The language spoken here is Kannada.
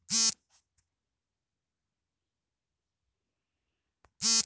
ಅಕೈ ಬೆರ್ರಿ ದ್ರಾಕ್ಷಿಯಂತೆ ಹೂಗೊಂಚಲಲ್ಲಿ ಬೆಳಿತದೆ ಅಕೈಬೆರಿ ತಾಳೆ ಮರಗಳು ಅಥವಾ ಖರ್ಜೂರಗಳಂತಹ ಮರಗಳ ಮೇಲೆ ಬೆಳಿತದೆ